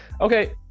Okay